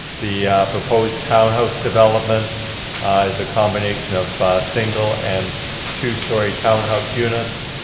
the proposed townhouse development is a combination of a single and two story townhouse units.